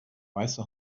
weiße